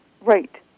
Right